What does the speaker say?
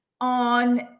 on